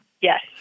Yes